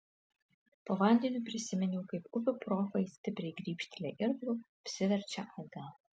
po vandeniu prisiminiau kaip upių profai stipriai grybštelėję irklu apsiverčia atgal